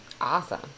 Awesome